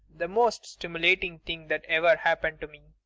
the most stimulating thing that ever happened to me.